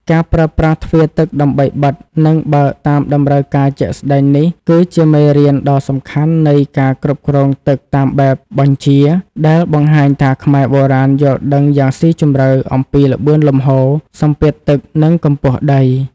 ការប្រើប្រាស់ទ្វារទឹកដើម្បីបិទ និងបើកតាមតម្រូវការជាក់ស្ដែងនេះ គឺជាមេរៀនដ៏សំខាន់នៃ ការគ្រប់គ្រងទឹកតាមបែបបញ្ជា ដែលបង្ហាញថាខ្មែរបុរាណយល់ដឹងយ៉ាងស៊ីជម្រៅអំពីល្បឿនលំហូរ សម្ពាធទឹក និងកម្ពស់ដី។